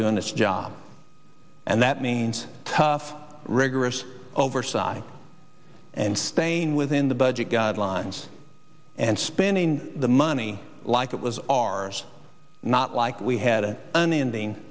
doing this job and that means tough rigorous overside and staying within the budget guidelines and spending the money like it was ours not like we had it on the ending